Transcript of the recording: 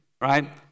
right